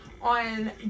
on